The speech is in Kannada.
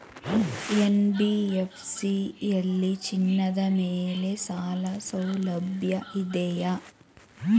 ಎನ್.ಬಿ.ಎಫ್.ಸಿ ಯಲ್ಲಿ ಚಿನ್ನದ ಮೇಲೆ ಸಾಲಸೌಲಭ್ಯ ಇದೆಯಾ?